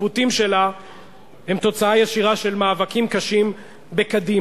הפטפוטים שלה הם תוצאה ישירה של מאבקים קשים בקדימה.